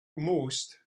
most